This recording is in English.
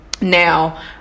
Now